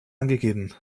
angegeben